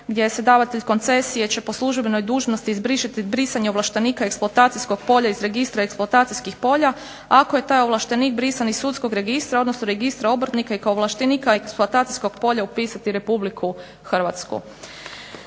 gdje se davatelj koncesije će po službenoj dužnosti izbrisati brisanje ovlaštenika eksploatacijskog polja iz registra eksploatacijskih polja ako je taj ovlaštenik brisan iz sudskog registra odnosno registra obrtnika i ovlaštenika eksploatacijskog polja upisati RH.